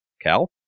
Cal